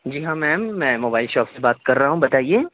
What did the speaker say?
جی ہاں میم میں mobile shop سے بات کر رہا ہوں بتائیے